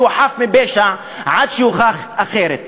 שהוא חף מפשע עד שהוכח אחרת.